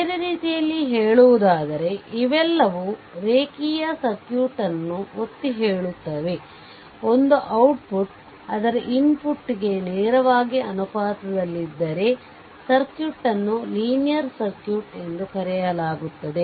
ಬೇರೆ ರೀತಿಯಲ್ಲಿ ಹೇಳುವುದಾದರೆ ಇವೆಲ್ಲವೂ ರೇಖೀಯ ಸರ್ಕ್ಯೂಟ್ ಅನ್ನು ಒತ್ತಿಹೇಳುತ್ತವೆ ಒಂದು output ಅದರ ಇನ್ಪುಟ್ ಗೆ ನೇರವಾಗಿ ಅನುಪಾತದಲ್ಲಿದ್ದರೆ ಸರ್ಕ್ಯೂಟ್ ಅನ್ನು ಲೀನಿಯರ್ ಸರ್ಕ್ಯೂಟ್ ಎಂದು ಕರೆಯಲಾಗುತ್ತದೆ